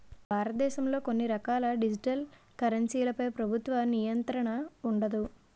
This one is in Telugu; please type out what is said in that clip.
భారతదేశంలో కొన్ని రకాల డిజిటల్ కరెన్సీలపై ప్రభుత్వ నియంత్రణ ఉండదు